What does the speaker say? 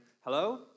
hello